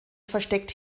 versteckt